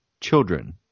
children